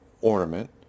ornament